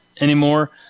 anymore